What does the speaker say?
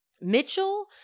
Mitchell